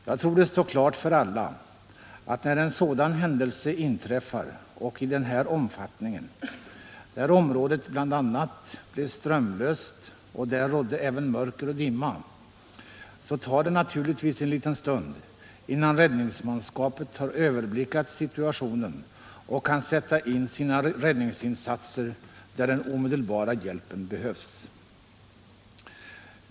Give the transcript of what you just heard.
Jag tror det står klart för alla att när en händelse av den här omfattningen inträffar, när området bl.a. blev strömlöst och mörker och dimma rådde, så tar det naturligtvis en liten stund innan räddningsmanskapet har överblickat situationen och kan sätta in sina räddningsinsatser där den omedelbara hjälpen behövs.